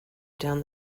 down